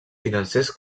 financers